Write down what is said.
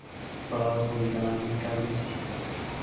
ᱯᱟᱲᱟᱣ ᱦᱩᱭ ᱠᱟᱱᱟ ᱱᱚᱝᱠᱟᱜᱮ